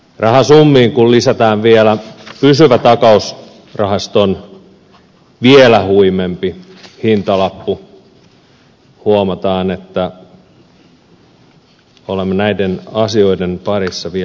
rahasummiin kun lisätään vielä pysyvän takausrahaston vielä huimempi hintalappu huomataan että olemme näiden asioiden parissa vielä pitkään